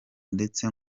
ndetse